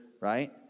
right